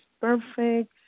perfect